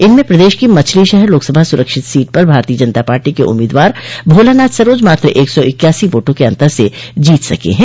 इनमें प्रदेश की मछलीशहर लोकसभा सुरक्षित सीट पर भारतीय जनता पार्टी के उम्मीदवार भोलानाथ सरोज मात्र एक सौ इक्यासी वोटों के अन्तर से जीत सके हैं